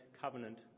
covenant